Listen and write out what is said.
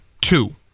two